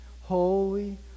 holy